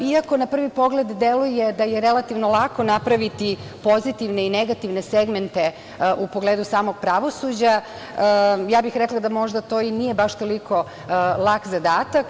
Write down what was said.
Iako na prvi pogled deluje da je relativno lako napraviti pozitivne i negativne segmente u pogledu samog pravosuđa, ja bih rekla da možda to i nije baš toliko lak zadatak.